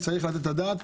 צריך לתת על כך את הדעת.